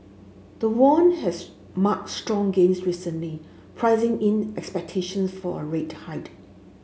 the won has marked strong gains recently pricing in expectations for a rate hike